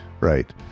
right